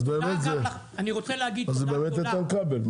אז זה באמת איתן כבל.